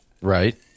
right